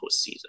postseason